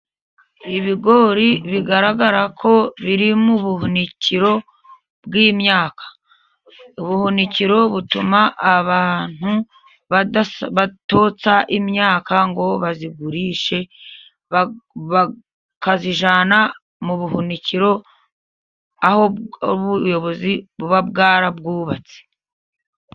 Ibigori bigaragara ko biri mu buhunikiro bw'imyaka, ubuhunikiro butuma abantu batotsa imyaka ngo bayigurishe, bakayijyana mu buhunikiro aho ubuyobozi buba bwarabwubatse.